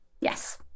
yes